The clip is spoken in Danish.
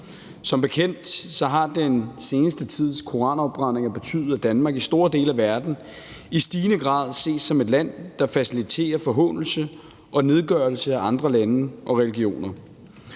Som bekendt har den seneste tids koranafbrændinger betydet, at Danmark i store dele af verden i stigende grad ses som et land, der faciliterer forhånelse og nedgørelse af andre lande og religioner.